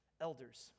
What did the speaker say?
elders